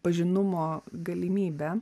pažinumo galimybę